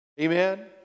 Amen